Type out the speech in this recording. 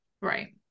Right